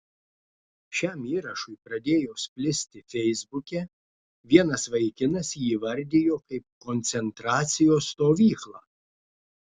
šiam įrašui pradėjus plisti feisbuke vienas vaikinas jį įvardijo kaip koncentracijos stovyklą